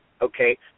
Okay